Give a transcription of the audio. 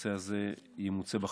הנושא הזה ימוצה בחקירה.